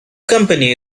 company